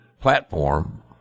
platform